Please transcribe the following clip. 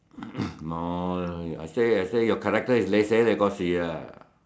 no lah I say I say your character is hokkien ah